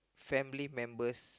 family members